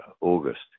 August